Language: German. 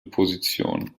position